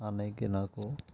అన్నయ్యకి నాకు